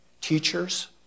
Teachers